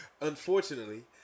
Unfortunately